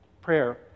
Prayer